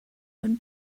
when